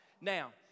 Now